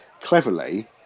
cleverly